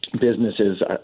businesses